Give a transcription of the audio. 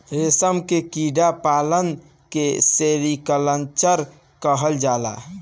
रेशम के कीड़ा पालन के सेरीकल्चर कहल जाला